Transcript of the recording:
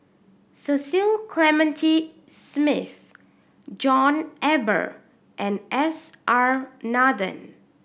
Cecil Clementi Smith John Eber and S R Nathan